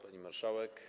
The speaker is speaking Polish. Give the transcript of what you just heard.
Pani Marszałek!